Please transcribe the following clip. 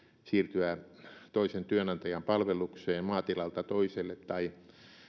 siirtyä toisen työnantajan palvelukseen maatilalta toiselle tai